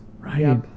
Right